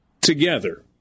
together